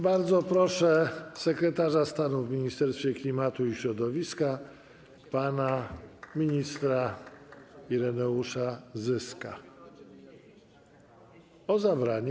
Bardzo proszę sekretarza stanu w Ministerstwie Klimatu i Środowiska pana ministra Ireneusza Zyskę o zabranie